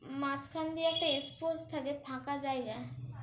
মাঝখান দিয়ে একটা এক্সপোজ থাকে ফাঁকা জায়গা